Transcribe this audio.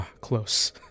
close